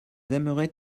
aimeraient